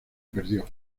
perdió